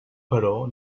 però